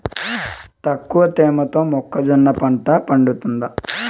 తక్కువ తేమతో మొక్కజొన్న పంట పండుతుందా?